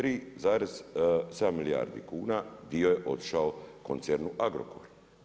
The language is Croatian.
3,7 milijardi kuna dio je otišao koncernu Agrokor.